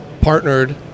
partnered